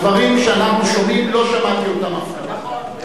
הדברים שאנחנו שומעים, לא שמעתי אותם אף פעם.